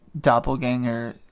doppelganger